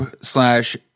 slash